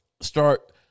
start